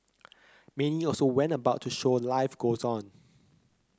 many also went about to show life goes on